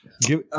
Give